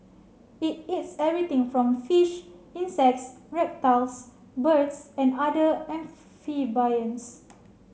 it eats everything from fish insects reptiles birds and other amphibians